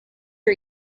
are